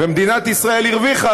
ומדינת ישראל הרוויחה,